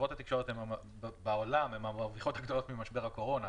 חברות התקשורת בעולם הן המרוויחות הגדולות ממשבר הקורונה.